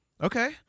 Okay